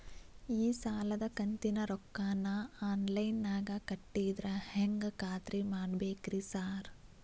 ಈ ಸಾಲದ ಕಂತಿನ ರೊಕ್ಕನಾ ಆನ್ಲೈನ್ ನಾಗ ಕಟ್ಟಿದ್ರ ಹೆಂಗ್ ಖಾತ್ರಿ ಮಾಡ್ಬೇಕ್ರಿ ಸಾರ್?